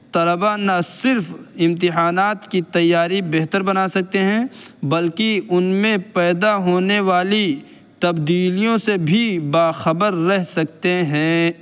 طلباء نہ صرف امتحانات کی تیاری بہتر بنا سکتے ہیں بلکہ ان میں پیدا ہونے والی تبدیلیوں سے بھی باخبر رہ سکتے ہیں